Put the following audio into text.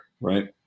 right